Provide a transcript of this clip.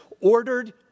ordered